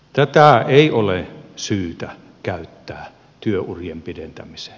tätä ei ole syytä käyttää työurien pidentämiseen